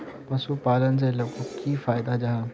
पशुपालन से लोगोक की फायदा जाहा?